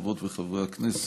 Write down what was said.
חברות וחברי הכנסת,